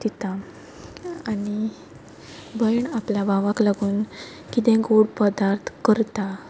आनी भयण आपल्या भावाक लागून किदेंय गोड पदार्थ करता